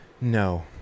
No